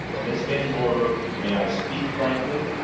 miss van gorder, may i speak frankly?